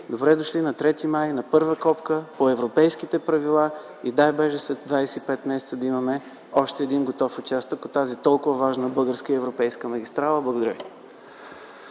добре дошли на 3 май т.г., на първа копка по европейските правила. Дай Боже, след 25 месеца да имаме още един готов участък от този толкова важна и европейска магистрала. Благодаря ви.